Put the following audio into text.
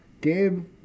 Gabe